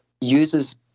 uses